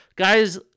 Guys